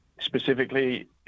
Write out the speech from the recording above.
specifically